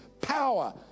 power